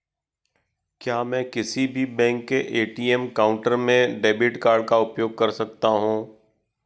क्या मैं किसी भी बैंक के ए.टी.एम काउंटर में डेबिट कार्ड का उपयोग कर सकता हूं?